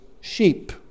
sheep